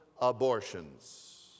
abortions